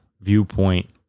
viewpoint